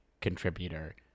contributor